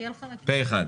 הצבעה אושר פה אחד.